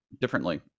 differently